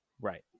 right